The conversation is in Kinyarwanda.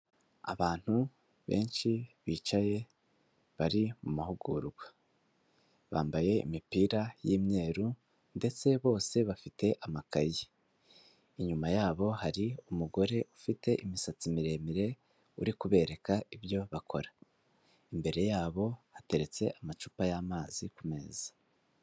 Abantu benshi bicaye bari mu mahugurwa, bambaye imipira y'imyeru ndetse bose bafite amakaye, inyuma yabo hari umugore ufite imisatsi miremire uri kubereka ibyo bakora, imbere yabo hateretse amacupa y'amazi ku meza.